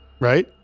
right